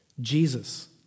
Jesus